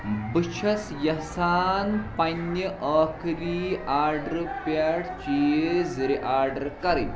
بہٕ چھُس یَژھان پنٕنہِ ٲخری آرڈرٕ پٮ۪ٹھ چیٖز رِ آرڈر کَرٕنۍ